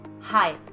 Hi